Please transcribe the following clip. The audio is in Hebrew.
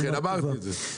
לכן אמרתי את זה.